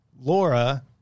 Laura